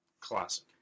Classic